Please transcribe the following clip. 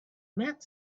met